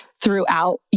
throughout